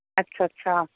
ਅੱਛਾ ਅੱਛਾ